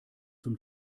zum